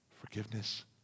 Forgiveness